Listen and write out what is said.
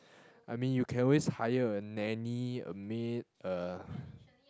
I mean you can always hire a nanny a maid a